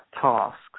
tasks